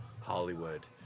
Hollywood